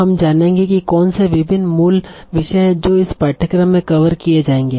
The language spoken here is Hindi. हम जानेगे कि कौन से विभिन्न मूल विषय हैं जो इस पाठ्यक्रम में कवर किया जाएगे